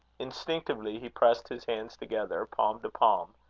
instinctively he pressed his hands together, palm to palm,